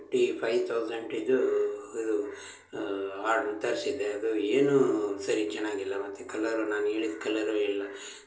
fifty five ತೌಝಂಡಿದು ಇದು order ತರಿಸಿದ್ದೆ ಅದು ಏನೂ ಸರಿ ಚೆನ್ನಾಗಿಲ್ಲ ಮತ್ತು ಕಲರು ನಾನು ಹೇಳಿದ್ ಕಲರೂ ಇಲ್ಲ